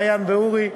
מעיין ואורי,